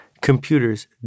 computers